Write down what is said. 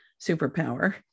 superpower